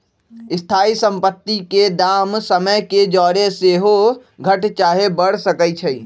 स्थाइ सम्पति के दाम समय के जौरे सेहो घट चाहे बढ़ सकइ छइ